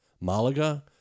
Malaga